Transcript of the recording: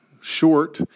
short